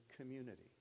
community